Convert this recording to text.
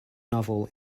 novel